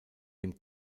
dem